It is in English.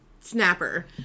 snapper